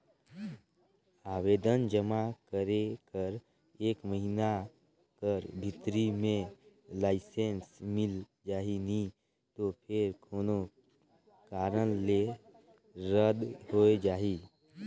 आवेदन जमा करे कर एक महिना कर भीतरी में लाइसेंस मिल जाही नी तो फेर कोनो कारन ले रद होए जाही